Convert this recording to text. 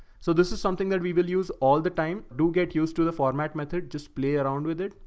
so this is something that we will use all the time. do get used to the format method, just play around with it.